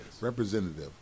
representative